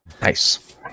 Nice